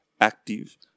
active